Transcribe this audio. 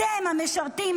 אתם המשרתים,